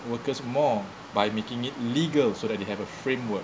workers more by making it legal so that they have a framework